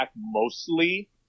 mostly